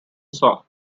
song